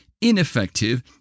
ineffective